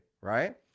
right